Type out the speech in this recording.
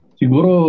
siguro